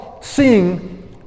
seeing